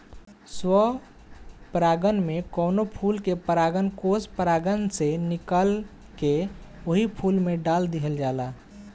स्व परागण में कवनो फूल के परागकोष परागण से निकाल के ओही फूल पर डाल दिहल जाला